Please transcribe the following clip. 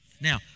Now